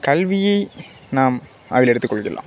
கல்வியை நாம் அதில் எடுத்துக்கொள்கிலாம்